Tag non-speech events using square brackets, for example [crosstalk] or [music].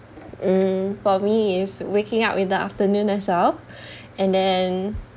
mm for me is waking up in the afternoon as well [breath] and then